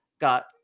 got